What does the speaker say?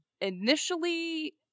Initially